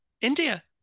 India